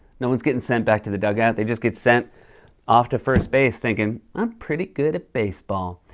no one's getting sent back to the dugout. they just get sent off to first base thinking, i'm pretty good at baseball.